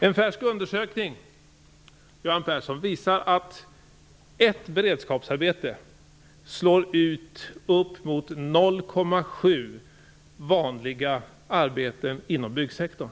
En färsk undersökning visar, Göran Persson, att 1 beredskapsarbete slår ut uppemot 0,7 vanliga arbeten inom byggsektorn.